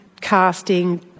casting